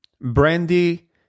Brandy